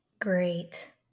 Great